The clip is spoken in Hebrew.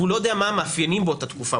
והוא לא יודע מה המאפיינים באותה תקופה.